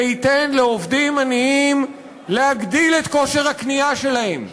זה ייתן לעובדים עניים אפשרות להגדיל את כושר הקנייה שלהם,